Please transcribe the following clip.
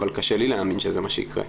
אבל קשה לי להאמין שזה מה שיקרה.